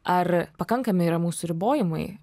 ar pakankami yra mūsų ribojimai